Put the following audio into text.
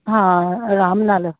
ਹਾਂ ਆਰਾਮ ਨਾਲ